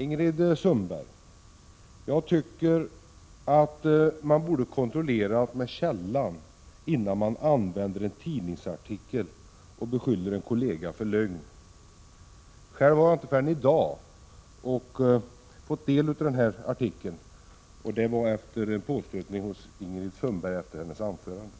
Ingrid Sundberg borde kontrollera med källan innan hon använder en tidningsartikel för att beskylla en kollega för lögn. Själv har jag inte förrän i dag tagit del av denna artikel, genom en påstötning hos Ingrid Sundberg efter hennes anförande.